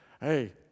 Hey